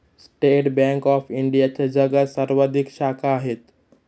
state bank of इंडियाच्या जगात सर्वाधिक शाखा आहेत